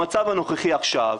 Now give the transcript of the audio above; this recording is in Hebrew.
במצב הנוכחי עכשיו,